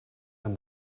and